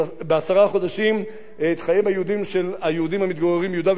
של היהודים המתגוררים ביהודה ושומרון ובמזרחה של ירושלים,